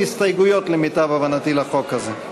למיטב הבנתי, אין הסתייגויות לחוק הזה.